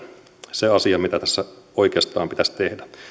se asia mitä tässä oikeastaan pitäisi tehdä